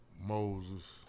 Moses